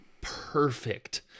perfect